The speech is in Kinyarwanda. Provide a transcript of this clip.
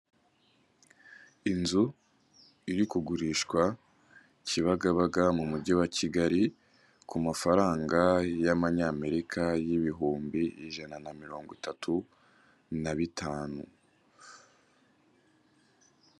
Inzu iri kugurishwa Kibagabaga mu mujyi wa Kigali, ku mafaranga y'amanyamerika y'ibihumbi ijana na mirongo itatu na bitanu.